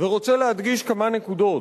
ורוצה להדגיש כמה נקודות.